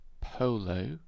Polo